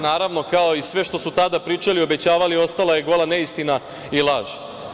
Naravno, kao i sve što su tada pričali, obećavali, ostala je gola neistina i laž.